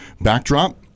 backdrop